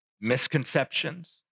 misconceptions